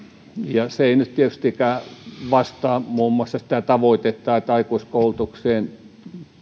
ja se ei nyt tietystikään vastaa muun muassa sitä tavoitetta että aikuiskoulutukseen